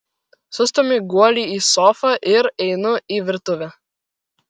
sustumiu guolį į sofą ir einu į virtuvę